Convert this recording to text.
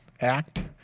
act